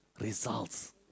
results